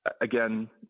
again